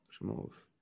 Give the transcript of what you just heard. remove